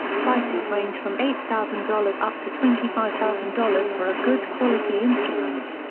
prices range from eight thousand dollars up to twenty five thousand dollars for a good-quality instrument.